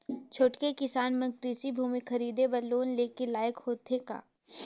छोटके किसान मन कृषि भूमि खरीदे बर लोन के लायक होथे का?